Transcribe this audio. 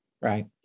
right